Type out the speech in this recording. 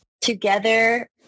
together